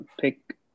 pick